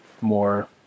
more